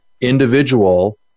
individual